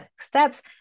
steps